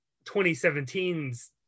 2017's